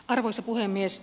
arvoisa puhemies